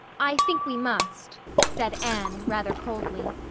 i think we must, said anne, rather coldly.